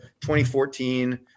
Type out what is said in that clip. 2014